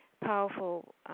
powerful